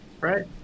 Right